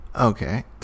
okay